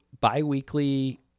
biweekly